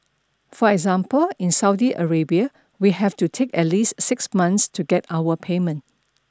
for example in Saudi Arabia we have to take at least six months to get our payment